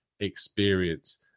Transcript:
experience